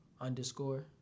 underscore